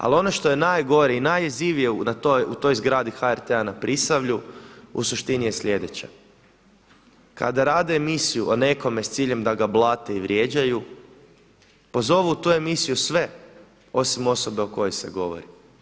Ali ono što je najgore i najjezivije u toj zgradi HRT-a na Prisavlju u suštini je sljedeća, kada rade emisiju o nekome s ciljem da ga blate i vrijeđaju, pozove u tu emisiju sve osim osobe o kojoj se govori.